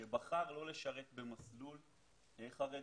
שבחר לא לשרת במסלול חרדי.